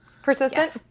Persistent